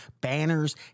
banners